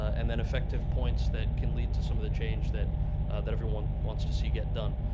and then effective points that can lead to some of the change that that everyone wants to see get done.